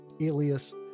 Alias